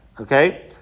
okay